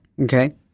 okay